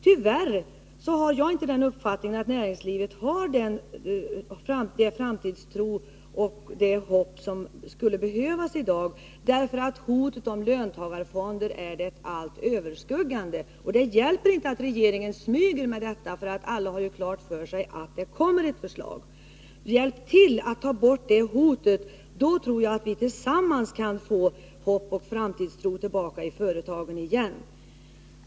Tyvärr har jag inte den uppfattningen att näringslivet har den framtidstro och det hopp som skulle behövas i dag. Hotet om löntagarfonderna är nämligen det allt överskuggande. Det hjälper inte att regeringen smyger med detta, därför att alla har klart för sig att det kommer ett förslag. Hjälp till att ta bort det hotet — då tror jag att vi tillsammans kan se till att företagen får tillbaka hopp och framtidstro!